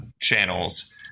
channels